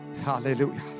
Hallelujah